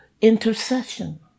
intercession